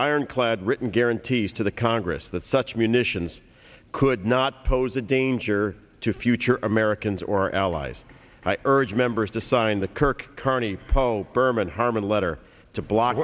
written guarantees to the congress that such munitions could not pose a danger to future americans or allies i urge members to sign the kirk kearney pope berman harmon letter to block